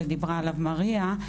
שדיברה עליו מריה,